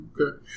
Okay